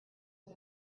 are